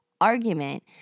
argument